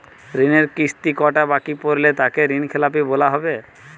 ঋণের কিস্তি কটা বাকি পড়লে তাকে ঋণখেলাপি বলা হবে?